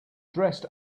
dressed